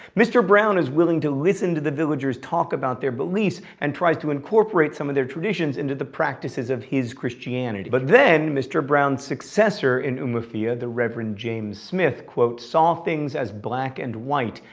mr brown is willing to listen to the villagers talk about their beliefs, and tries to incorporate some of their traditions into the practices of his christianity. but then mr. brown's successor successor in umofia, the reverend james smith, saw things as black and white.